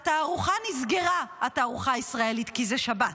התערוכה הישראלית נסגרה כי זה שבת?